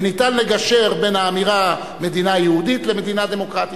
וניתן לגשר בין האמירה "מדינה יהודית" ל"מדינה דמוקרטית".